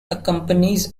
accompanies